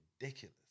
ridiculous